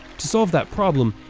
to solve that problem,